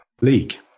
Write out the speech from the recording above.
League